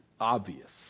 obvious